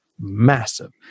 massive